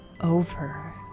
over